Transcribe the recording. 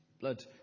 Blood